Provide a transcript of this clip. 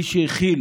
מי שהכיל